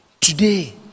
today